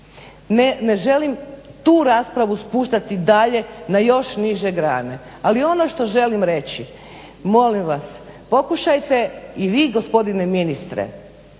Ne želim tu raspravu spuštati dalje na još niže grane, ali ono što želim reći molim vas pokušajte i vi gospodine ministre,